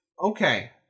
Okay